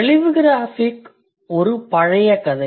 telegraph ஒரு பழைய கதை